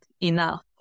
enough